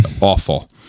awful